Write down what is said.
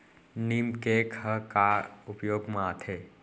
नीम cake ह का उपयोग मा आथे?